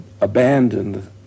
abandoned